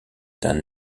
d’un